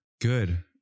Good